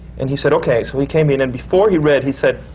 and he said, okay. so he came in, and before he read, he said,